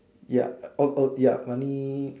ya oh oh ya funny